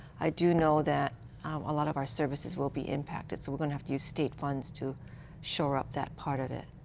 i do know that a lot of our services will be impacted. so we'll have to use state funds to shore up that part of it.